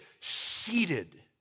seated